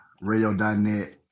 Radio.net